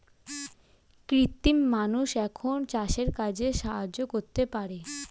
কৃত্রিম মানুষ এখন চাষের কাজে সাহায্য করতে পারে